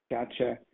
Gotcha